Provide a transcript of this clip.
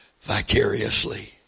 vicariously